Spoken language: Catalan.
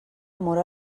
móra